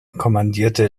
kommandierte